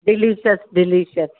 delicious delicious